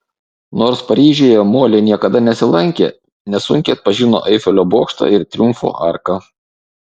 nors paryžiuje molė niekada nesilankė nesunkiai atpažino eifelio bokštą ir triumfo arką